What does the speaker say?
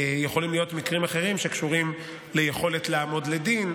יכולים להיות מקרים אחרים שקשורים ליכולת לעמוד לדין,